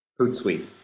Hootsuite